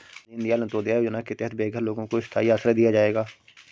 दीन दयाल अंत्योदया योजना के तहत बेघर लोगों को स्थाई आश्रय दिया जाएगा